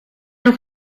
nog